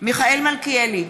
מיכאל מלכיאלי,